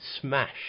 smash